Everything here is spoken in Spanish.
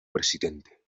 presidente